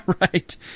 Right